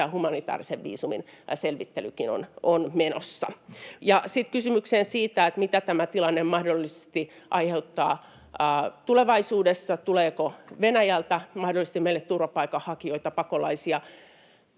humanitaarisen viisumin selvittelykin on menossa. Ja sitten kysymykseen siitä, mitä tämä tilanne mahdollisesti aiheuttaa tulevaisuudessa, tuleeko Venäjältä mahdollisesti meille turvapaikanhakijoita, pakolaisia: